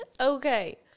Okay